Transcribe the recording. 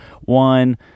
one